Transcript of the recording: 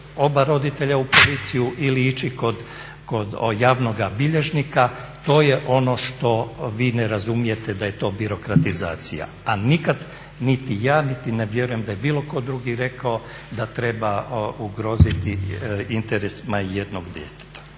oba roditelja u policiju ili ići kod javnoga bilježnika. To je ono što vi ne razumijete da je to birokratizacija, a nikad niti ja, niti ne vjerujem da je bilo tko drugi rekao da treba ugroziti interesima jednog djeteta.